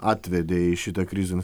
atvedė į šitą krizių